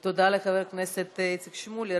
תודה לחבר הכנסת איציק שמולי,